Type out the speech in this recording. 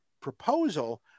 proposal